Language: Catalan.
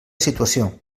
situació